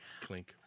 Clink